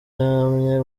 yamye